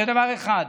זה דבר אחד.